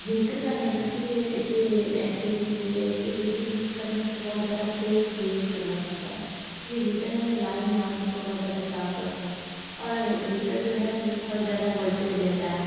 heater का negative ये है की एक्सपीरीएन्स ये है कि हीटर यूज़ करने से बहुत ज़्यादा सेफ़ यूज़ करना पड़ता है ये हिटर में लाइन मारने के बहुत ज़्यादा चांस होते और हिटर जो है वो बहुत ज़्यादा वौलटेज लेता है